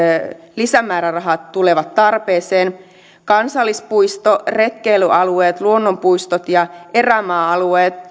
lisämäärärahat tulevat tarpeeseen kansallispuistot retkeilyalueet luonnonpuistot ja erämaa alueet